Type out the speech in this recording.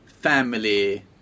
family